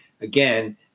again